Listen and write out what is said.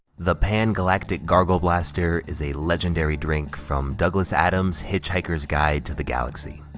the pan galactic gargle blaster is a legendary drink from douglas adams' hitchhiker's guide to the galaxy.